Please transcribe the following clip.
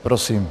Prosím.